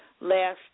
last